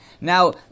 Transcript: Now